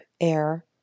air